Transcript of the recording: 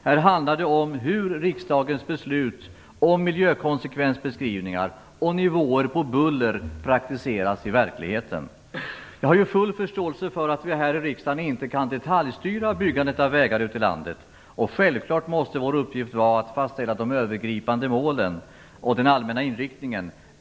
Det handlar här om hur riksdagens beslut om miljökonsekvensbeskrivningar och nivåer på buller praktiseras i verkligheten. Jag har full förståelse för att vi här i riksdagen inte kan detaljstyra byggandet av vägar i landet. Självfallet måste vår uppgift vara att fastställa de övergripande målen och den allmänna inriktningen.